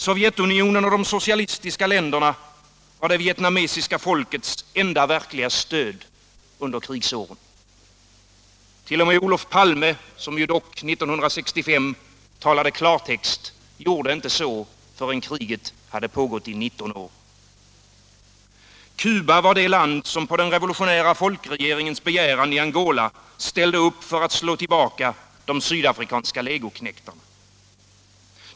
Sovjet och de socialistiska länderna var det vietnamesiska folkets enda verkliga stöd under krigsåren. T. o. m. Olof Palme, som dock 1965 talade klartext, gjorde inte så förrän kriget hade pågått i 19 år. Cuba var det land som på den revolutionära folkregeringens begäran ställde upp för att slå tillbaka de sydafrikanska legoknektarna i Angola.